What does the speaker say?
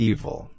Evil